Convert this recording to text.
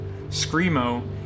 Screamo